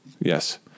yes